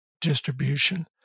distribution